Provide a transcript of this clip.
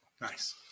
Nice